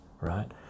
right